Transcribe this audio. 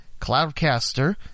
Cloudcaster